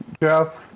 Jeff